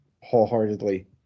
wholeheartedly